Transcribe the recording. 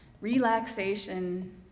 relaxation